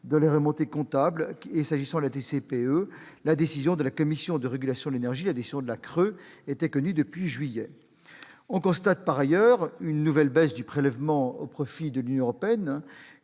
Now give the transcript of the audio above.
dans les remontées comptables et que, s'agissant de la TICPE, la décision de la Commission de régulation de l'énergie, la CRE, était connue depuis juillet. On constate, par ailleurs, une nouvelle baisse du prélèvement au profit de l'Union européenne,